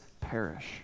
perish